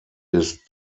des